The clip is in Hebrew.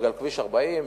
בגלל כביש 40,